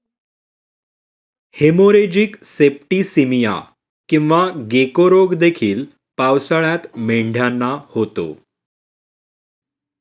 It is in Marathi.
हेमोरेजिक सेप्टिसीमिया किंवा गेको रोग देखील पावसाळ्यात मेंढ्यांना होतो